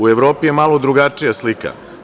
U Evropi je malo drugačija slika.